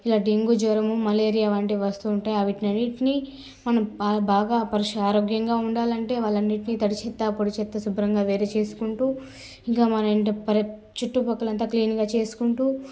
ఇలా డెంగ్యూ జ్వరము మలేరియా వంటి వస్తు ఉంటాయి అవి అన్నింటిని మనం బాగా పరిస ఆరోగ్యంగా ఉండాలంటే వాటి అన్నిటిని తడి చెత్త పొడి చెత్త శుభ్రంగా వేరు చేసుకుంటు ఇంకా మన ఇంటి పరి చుట్టుపక్కల అంతా క్లీన్గా చేసుకుంటు